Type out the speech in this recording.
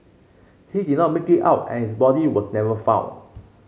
he did not make it out and his body was never found